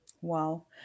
Wow